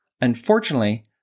Unfortunately